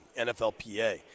nflpa